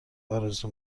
آرزو